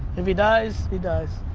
if he dies, he dies.